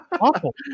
Awful